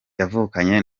yavukanye